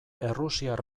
errusiar